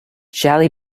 jelly